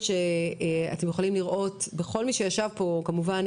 אתם יכולים לראות בכל מי שישב פה כמובן,